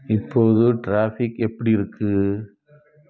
இப்போது டிராஃபிக் எப்படி இருக்கு